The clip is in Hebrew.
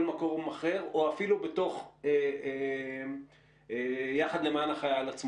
מקור אחר או אפילו בתוך "יחד למען החייל" עצמו.